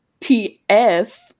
tf